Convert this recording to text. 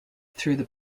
through